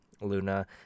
luna